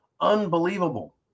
Unbelievable